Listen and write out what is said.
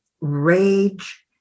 rage